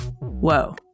whoa